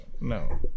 No